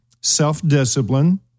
self-discipline